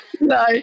No